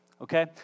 Okay